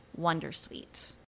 wondersuite